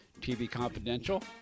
tvconfidential